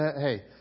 Hey